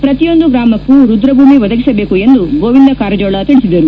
ಪ್ರತಿಯೊಂದು ಗ್ರಾಮಕ್ಕೂ ರುದ್ರಭೂಮಿ ಒದಗಿಸಬೇಕು ಎಂದು ಗೋವಿಂದ ಕಾರಜೋಳ ತಿಳಿಸಿದರು